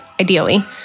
ideally